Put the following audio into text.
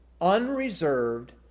unreserved